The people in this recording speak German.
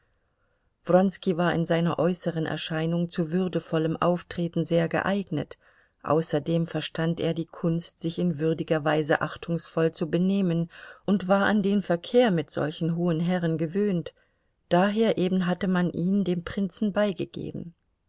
wronski war in seiner äußeren erscheinung zu würdevollem auftreten sehr geeignet außerdem verstand er die kunst sich in würdiger weise achtungsvoll zu benehmen und war am den verkehr mit solchen hohen herren gewöhnt daher eben hatte man ihn dem prinzen beigegeben